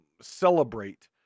celebrate